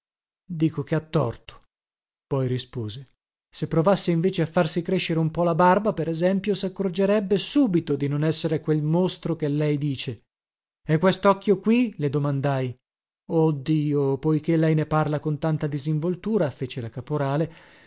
dico che ha torto poi rispose se provasse invece a farsi crescere un po la barba per esempio saccorgerebbe subito di non essere quel mostro che lei dice e questocchio qui le domandai oh dio poiché lei ne parla con tanta disinvoltura fece la caporale